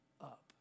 up